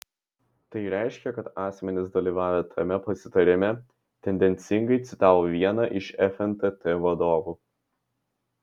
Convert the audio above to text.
tai reiškia kad asmenys dalyvavę tame pasitarime tendencingai citavo vieną iš fntt vadovų